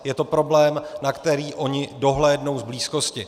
Je to problém, na který oni dohlédnou z blízkosti.